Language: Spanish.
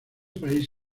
país